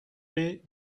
ump